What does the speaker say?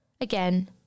again